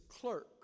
clerk